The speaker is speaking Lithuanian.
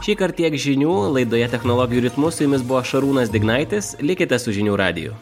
šįkart tiek žinių laidoje technologijų ritmu su jumis buvo šarūnas dignaitis likite su žinių radiju